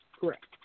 Correct